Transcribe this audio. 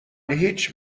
هیچ